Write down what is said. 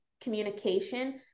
communication